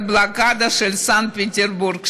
על הבלוקדה של סנט פטרסבורג.